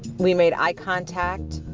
we made eye contact.